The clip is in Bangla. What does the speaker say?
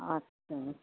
আচ্ছা